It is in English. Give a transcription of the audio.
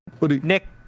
Nick